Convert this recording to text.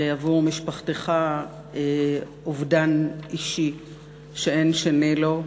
ועבור משפחתך אובדן אישי שאין שני לו.